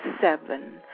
seven